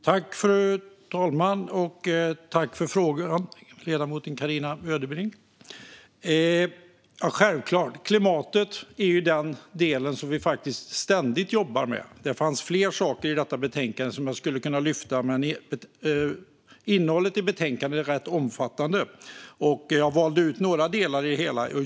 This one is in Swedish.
Fru talman! Tack, ledamoten Carina Ödebrink, för frågorna! Klimatet är självklart den del som vi ständigt jobbar med. Det finns fler saker i betänkandet som jag skulle kunna lyfta, men innehållet är rätt omfattande så jag valde ut några delar.